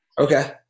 Okay